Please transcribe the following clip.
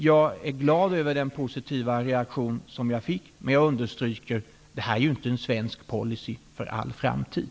Jag är glad över den positiva reaktion som jag fick, men jag understryker att det inte är fråga om en svensk policy för all framtid.